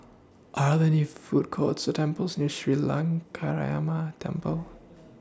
Are There any Food Courts Or temples near Sri Lankaramaya Temple